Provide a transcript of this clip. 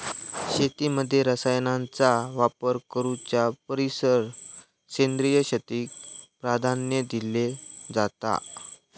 शेतीमध्ये रसायनांचा वापर करुच्या परिस सेंद्रिय शेतीक प्राधान्य दिलो जाता